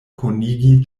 konigi